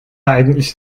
eigentlich